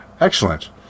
excellent